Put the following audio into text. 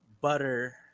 butter